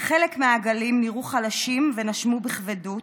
חלק מהעגלים נראו חלשים ונשמו בכבדות.